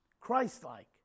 Christ-like